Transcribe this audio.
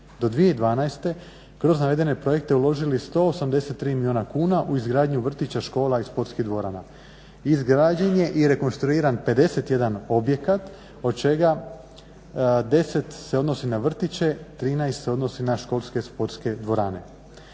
2012.kroz navedene projekte uložili 183milijuna kuna u izgradnju vrtića, škola i sportskih dvorana. Izgrađen je i rekonstruiran 51 objekata od čega se 10 odnosi na vrtiće, 13 se odnosi na školske sportske dvorane.